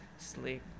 sleep